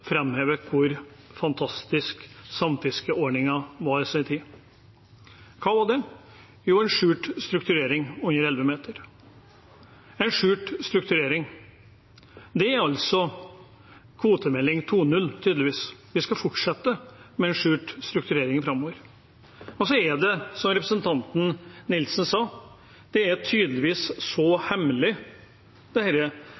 framhever hvor fantastisk samfiskeordningen var i sin tid. Hva var det? Jo, en skjult strukturering under elleve meter. En skjult strukturering er det altså kvotemelding 2.0 tydeligvis vil at vi skal fortsette med framover. Og så er det som representanten Nilsen sa, tydeligvis så